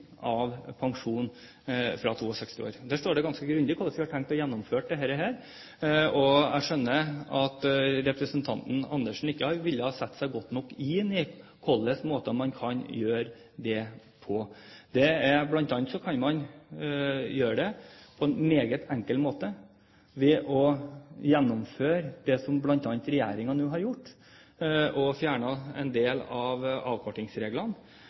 av pensjonen fra 62 år. Der står det ganske grundig beskrevet hvordan vi har tenkt å få gjennomført dette, og jeg skjønner at representanten Andersen ikke har villet sette seg godt nok inn i hvilke måter man kan gjøre det på. Man kan bl.a. gjøre det på en meget enkel måte ved å gjennomføre det som regjeringen nå har gjort, å fjerne en del av avkortingsreglene.